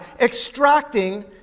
extracting